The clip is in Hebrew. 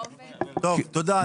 תודה.